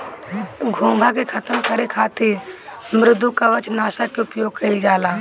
घोंघा के खतम करे खातिर मृदुकवच नाशक के उपयोग कइल जाला